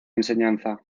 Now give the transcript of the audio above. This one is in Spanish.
enseñanza